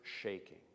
shaking